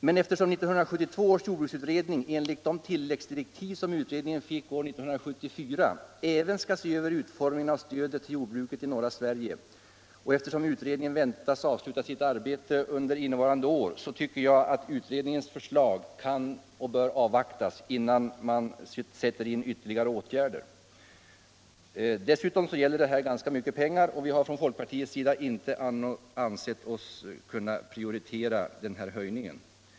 Men eftersom 1972 års jordbruksutredning enligt de tilläggsdirektiv som utredningen fick år 1974 även skall se över utformningen av stödet till jordbruket i norra Sverige och eftersom utredningen väntas avsluta sitt arbete innevarande år, tycker jag att utredningens förslag kan och bör avvaktas innan ytterligare åtgärder sätts in. Dessutom gäller det här ganska mycket pengar, och vi har från folkpartiets sida inte ansett oss kunna prioritera denna höjning.